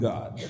God